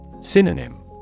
Synonym